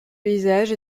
paysages